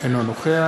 אינו נוכח